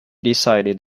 decided